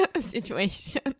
situation